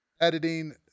editing